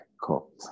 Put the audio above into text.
cool